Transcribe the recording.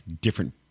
different